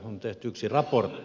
on tehty yksi raportti